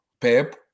Pep